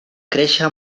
créixer